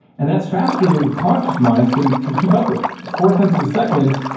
and that's faster than the conscious mind can can keep up with. four-tenths of a second,